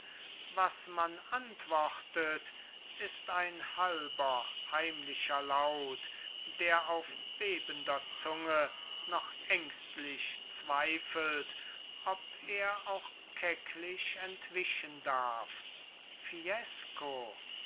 was man antwortet ist ein halber heimlicher laut der auf bebender zunge noch ängstlich zweifelt ob er auch kecklich entwischen darf